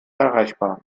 erreichbar